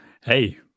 Hey